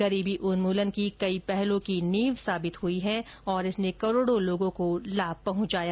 गरीबी उन्मूलन की कई पहलों की नींव साबित हुई और इसने करोड़ों लोगों को लाभ पहुंचाया